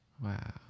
Wow